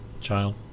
Child